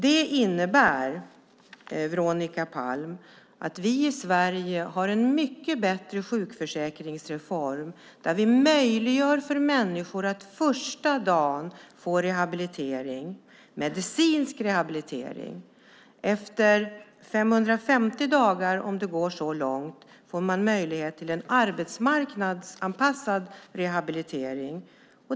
Det innebär, Veronica Palm, att vi i Sverige har en mycket bättre sjukförsäkringsreform där vi möjliggör för människor att första dagen få rehabilitering, medicinsk rehabilitering. Efter 550 dagar, om det går så långt, får de möjlighet till en arbetsmarknadsanpassad rehabilitering.